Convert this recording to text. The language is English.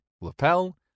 lapel